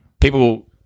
people